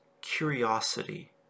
curiosity